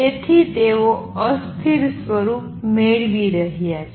તેથી તેઓ અસ્થિર સ્વરૂપ મેળવી રહ્યા છે